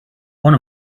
one